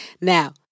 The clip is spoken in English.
Now